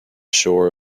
shore